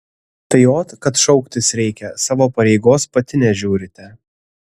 tai ot kad šauktis reikia savo pareigos pati nežiūrite